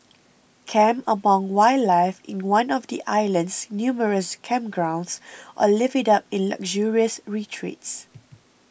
camp amongst wildlife in one of the island's numerous campgrounds or live it up in luxurious retreats